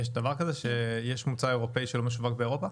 יש דבר כזה, שיש מוצר אירופי שלא משווק באירופה?